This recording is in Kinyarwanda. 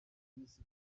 bise